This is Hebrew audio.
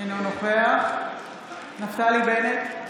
אינו נוכח נפתלי בנט,